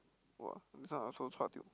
!wah! this one also chua tio